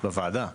בוועדה?